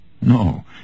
No